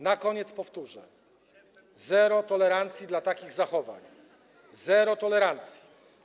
Na koniec powtórzę - zero tolerancji dla takich zachowań, zero tolerancji.